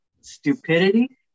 stupidity